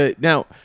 now